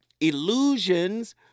Illusions